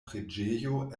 preĝejo